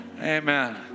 Amen